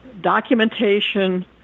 documentation